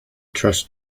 trust